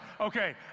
Okay